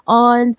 on